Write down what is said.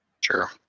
Sure